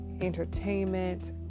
entertainment